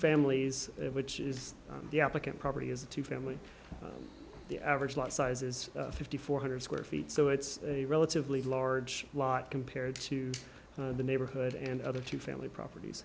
families which is the applicant property is a two family the average lot size is fifty four hundred square feet so it's a relatively large lot compared to the neighborhood and other two family properties